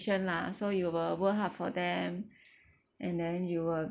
lah so you will work hard for them and then you will